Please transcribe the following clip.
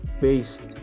based